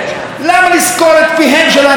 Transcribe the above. למה לפגוע בחופש היצירה?